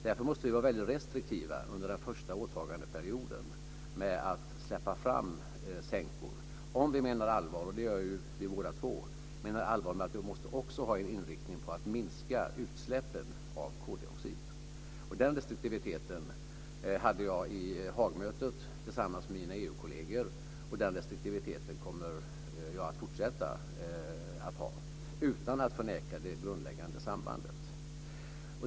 Därför måste vi vara väldigt restriktiva under den första åtagandeperioden med att släppa fram sänkor om vi menar allvar - och det gör vi båda två - med att vi också måste ha en inriktning på att minska utsläppen av koldioxid. Den restriktiviteten hade jag på Haagmötet tillsammans med mina EU kolleger, och den restriktiviteten kommer jag att fortsätta att ha, utan att förneka det grundläggande sambandet.